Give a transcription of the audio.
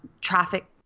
traffic